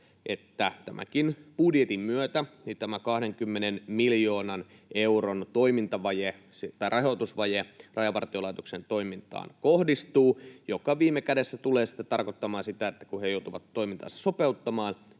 että tämänkin budjetin myötä tämä 20 miljoonan euron rahoitusvaje Rajavartiolaitoksen toimintaan kohdistuu, mikä viime kädessä tulee sitten tarkoittamaan sitä, että kun he joutuvat toimintaansa sopeuttamaan,